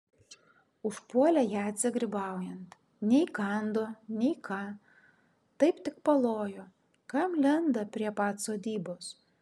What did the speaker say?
užpuolė jadzę grybaujant nei kando nei ką taip tik palojo kam lenda prie pat sodybos